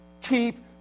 Keep